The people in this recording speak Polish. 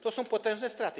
To są potężne straty.